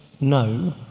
no